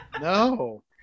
no